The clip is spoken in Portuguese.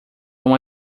uma